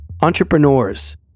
entrepreneurs